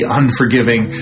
unforgiving